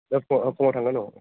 फुङाव थांगोन औ